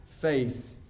faith